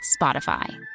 Spotify